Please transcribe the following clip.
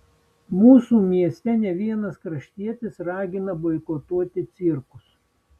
mūsų mieste ne vienas kraštietis ragina boikotuoti cirkus